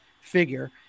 figure